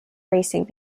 racing